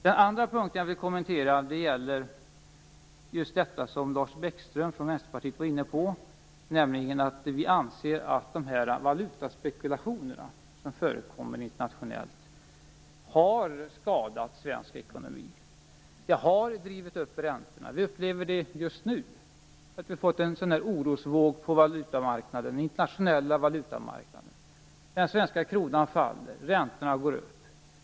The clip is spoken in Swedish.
Den andra punkten jag vill kommentera tog även Lars Bäckström från Vänsterpartiet upp. Vi anser att de valutaspekulationer som förekommer internationellt har skadat svensk ekonomi. De har drivit upp räntorna. Just nu finns en orosvåg på internationella valutamarknaden. Den svenska kronan faller, och räntorna går upp.